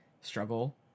struggle